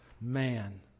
man